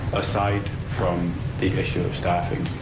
aside from the issue of staffing.